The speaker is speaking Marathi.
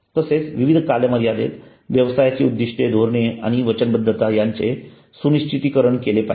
तसेच विविध कालमर्यादेत व्यवसायाची उद्दिष्टे धोरणे आणि वचनबद्धता यांचे सुनिश्चितीकरण केले पाहिजे